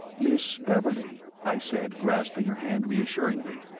miss beverley, i said, grasping her hand reassuringly,